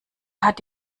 hat